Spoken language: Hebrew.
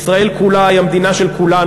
ישראל כולה היא המדינה של כולנו,